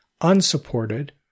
unsupported